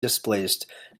displaced